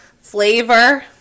flavor